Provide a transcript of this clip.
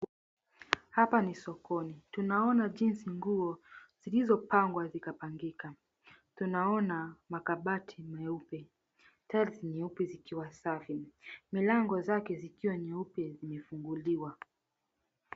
Hapa ni sokoni, tunaona jinsi nguo zilizopangwa zikapangika, tunaona makabati meupe tiles nyeupe zikiwa safi, milango zake zikiwa nyeupe zimefunguliwa.